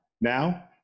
Now